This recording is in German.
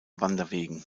wanderwegen